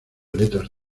letras